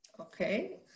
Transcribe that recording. Okay